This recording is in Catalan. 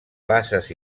basses